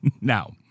Now